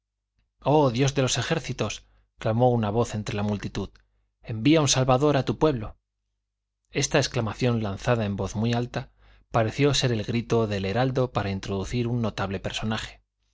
oh dios de los ejércitos clamó una voz entre la multitud envía un salvador a tu pueblo esta exclamación lanzada en voz muy alta pareció ser el grito del heraldo para introducir un notable personaje